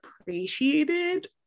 appreciated